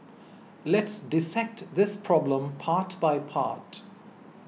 let's dissect this problem part by part